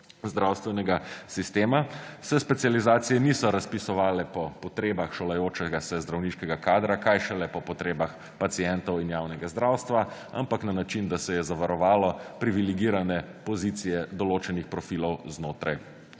zdravstvenega sistema se specializacije niso razpisovale po potrebah šolajočega se zdravniškega kadra kaj šele po potrebah pacientov in javnega zdravstva, ampak na način, da se je zavarovalo privilegirane pozicije določenih profilov znotraj